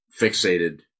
fixated